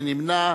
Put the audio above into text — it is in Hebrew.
מי נמנע?